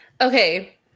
Okay